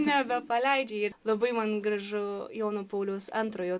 nebepaleidžia ir labai man gražu jono pauliaus antrojo